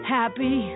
happy